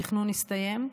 התכנון הסתיים,